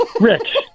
Rich